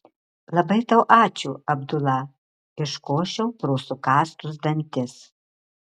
labai tau ačiū abdula iškošiau pro sukąstus dantis